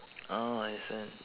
oh understand